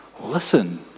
listen